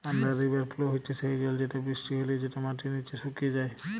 under river flow হচ্যে সেই জল যেটা বৃষ্টি হলে যেটা মাটির নিচে সুকে যায়